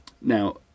Now